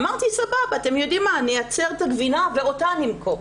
אמרתי: סבבה, הן ייצרו את הגבינה ואותה נמכור.